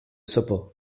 supper